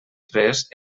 tres